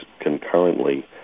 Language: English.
concurrently